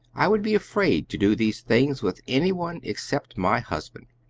i would be afraid to do these things with any one except my husband.